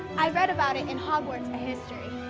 i read about it in hogwarts history.